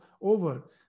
over